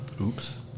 Oops